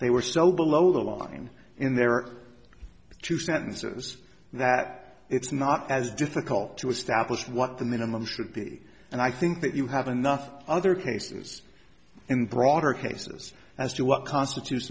they were so below the line in their two sentences that it's not as difficult to establish what the minimum should be and i think that you have enough other cases in broader cases as to what constitutes